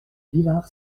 villar